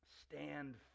stand